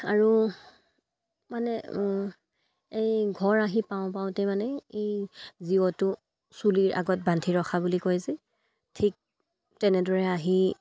আৰু মানে এই ঘৰ আহি পাওঁ পাওঁতে মানে এই জীৱটো চুলিৰ আগত বান্ধি ৰখা বুলি কয় যে ঠিক তেনেদৰে আহি